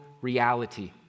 reality